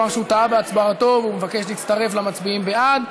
אמר שהוא טעה בהצבעתו והוא מבקש להצטרף למצביעים בעד.